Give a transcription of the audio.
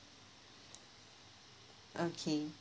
okay